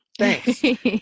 thanks